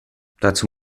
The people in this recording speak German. dazu